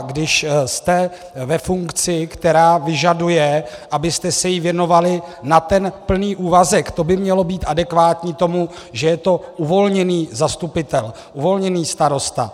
Když jste ve funkci, která vyžaduje, abyste se jí věnovali na plný úvazek, to by mělo být adekvátní tomu, že je to uvolněný zastupitel, uvolněný starosta.